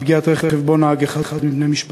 מפגיעת רכב שבו נהג אחד מבני משפחתה.